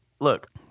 Look